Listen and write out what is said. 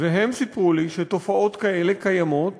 והם סיפרו לי שתופעות כאלה קיימות